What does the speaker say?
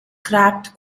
cracked